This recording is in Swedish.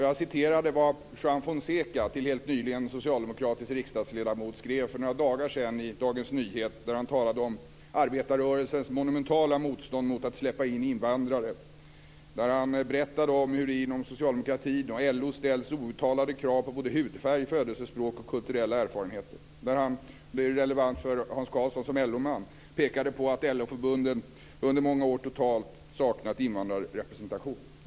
Jag citerade vad Juan Fonseca, till helt nyligen socialdemokratisk riksdagsledamot, skrev för några dagar sedan i Dagens Nyheter. Han talade om arbetarrörelsens monumentala motstånd mot att släppa in invandrare. Han berättade om hur det inom socialdemokratin och LO ställs outtalade krav på både hudfärg, födelsespråk och kulturella erfarenheter. Han pekade på - det är relevant för Hans Karlsson som LO-man - att LO-förbunden under många år totalt saknat invandrarrepresentation.